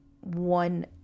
one